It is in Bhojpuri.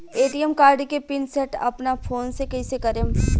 ए.टी.एम कार्ड के पिन सेट अपना फोन से कइसे करेम?